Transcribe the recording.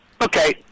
Okay